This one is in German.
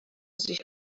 sich